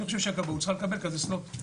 אני חושב שהכבאות צריכה לקבל כזה סלוט.